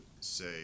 say